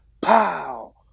pow